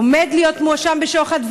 עומד להיות מואשם בשוחד,